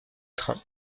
train